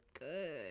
good